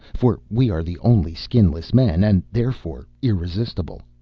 for we are the only skinless men and, therefore, irresistible.